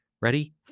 Ready